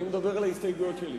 אני מדבר על הסתייגויות שלי.